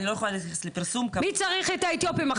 אני לא יכולה להתייחס לפרסום --- מי צריך את האתיופים,